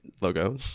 logo